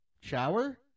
Shower